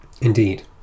indeed